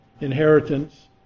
inheritance